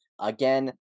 again